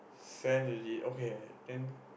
sent already okay then